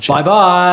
Bye-bye